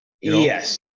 Yes